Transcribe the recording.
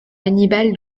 hannibal